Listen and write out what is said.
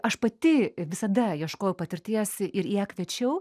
aš pati visada ieškojau patirties ir į ją kviečiau